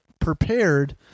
prepared